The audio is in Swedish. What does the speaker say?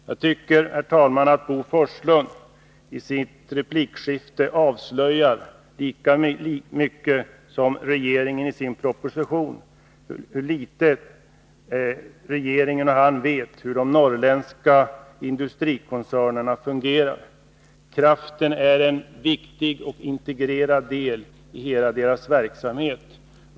Jag tycker, herr talman, att Bo Forslund i sitt replikskifte avslöjar lika mycket som regeringen i sin proposition om hur litet regeringen och han vet hur de norrländska industrikoncernerna fungerar. Kraften är en viktig och integrerad del av deras verksamhet.